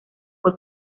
fue